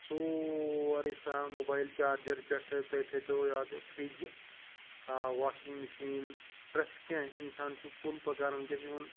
سورُے from mobile charger پٮ۪ٹھٕ تُہۍ تھٲیِتو یاد فِرٛج واشِنٛگ مِشیٖن پرٛٮ۪تھ کینٛہہ اِنسان چھُ فُل پَکان وٕنۍکٮ۪س اِوٕن